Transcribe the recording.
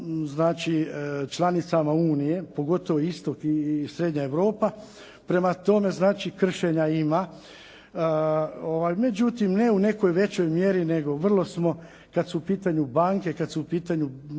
članicama Unije, pogotovo istok i srednja Europa. Prema tome, kršenja ima. Međutim, ne u nekoj većoj mjeri nego vrlo smo kada su u pitanju banke, kada su u pitanju